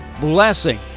blessing